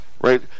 right